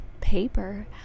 paper